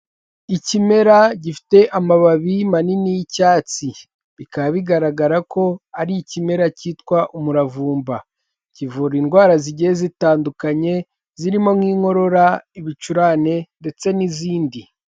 Ikimera gifite amababi manini y'icyatsi bikaba bigaragara ko ari ikimera kitwa umuravumba kivura indwara zigiye zitandukanye zirimo nk'inkorora, ibicurane, ndetse n'izindi.